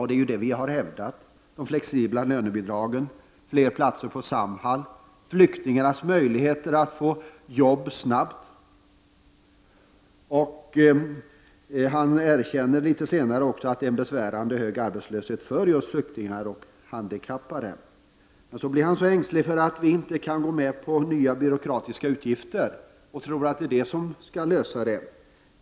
Det är ju detta som vi har hävdat när vi i våra förslag har tagit upp flexibla lönebidrag, fler platser inom Samhall och flyktingars möjligheter att få jobb snabbt. Bo Nilsson erkänner litet senare att arbetslösheten för just flyktingar och handikappade är besvärande hög. Men så blir han så ängslig för att vi inte kan gå med på nya byråkratiska utgifter.